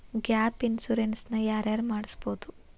Gap insurance ನ ಯಾರ್ ಯಾರ್ ಮಡ್ಸ್ಬೊದು?